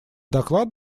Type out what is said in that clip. доклад